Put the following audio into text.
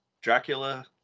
Dracula